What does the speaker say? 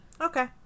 okay